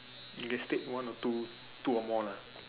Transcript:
you can state one or two two or more lah